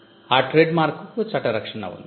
ఆ ట్రేడ్మార్క్ కు చట్ట రక్షణ ఉంది